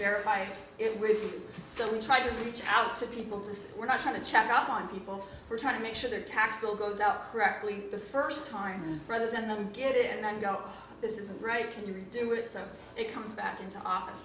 verify it with you so we try to reach out to people to say we're not trying to check up on people we're trying to make sure their tax bill goes out correctly the first time rather than them get it and then go this isn't right can you do it so it comes back into office